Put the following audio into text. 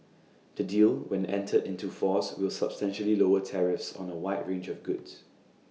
the deal when entered into force will substantially lower tariffs on A wide range of goods